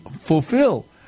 fulfill